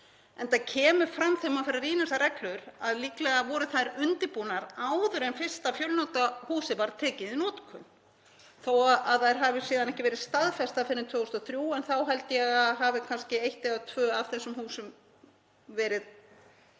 enda kemur fram þegar maður fer að rýna þessar reglur að líklega voru þær undirbúnar áður en fyrsta fjölnota húsið var tekið í notkun. Þó að þær hafi síðan ekki verið staðfestar fyrr en 2003 þá held ég að kannski eitt eða tvö af þessum húsum hafi